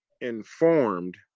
informed